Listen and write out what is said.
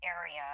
area